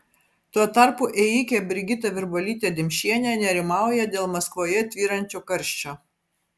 tuo tarpu ėjikė brigita virbalytė dimšienė nerimauja dėl maskvoje tvyrančio karščio